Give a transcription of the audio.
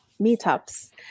meetups